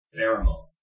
pheromones